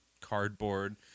cardboard